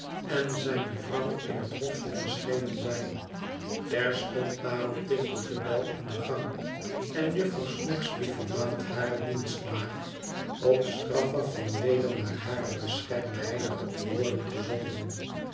en zijne vrouw in het hofje verschenen zijn terstond daarop tinkelt de bel in den gang en jufvrouw snagsby vermaant hare dienstmaagd op straffe van weder naar haar beschermheilige te worden gezonden